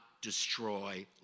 destroy